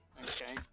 Okay